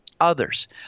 others